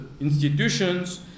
institutions